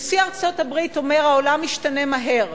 נשיא ארצות-הברית אומר: העולם משתנה מהר,